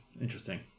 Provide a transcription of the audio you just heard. interesting